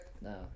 No